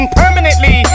permanently